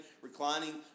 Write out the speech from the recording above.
reclining